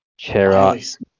Chera